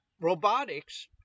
Robotics